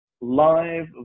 live